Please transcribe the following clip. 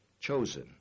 chosen